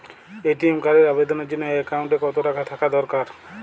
ATM কার্ডের আবেদনের জন্য অ্যাকাউন্টে কতো টাকা থাকা দরকার?